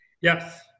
Yes